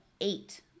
eight